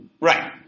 Right